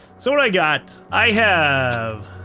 so what i got, i have.